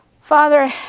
Father